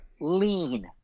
Lean